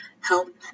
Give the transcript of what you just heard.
help